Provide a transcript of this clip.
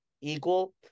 equal